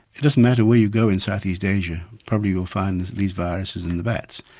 it doesn't matter where you go in south east asia probably you'll find these viruses in the bats.